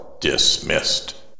dismissed